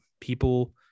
people